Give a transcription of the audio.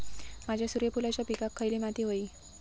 माझ्या सूर्यफुलाच्या पिकाक खयली माती व्हयी?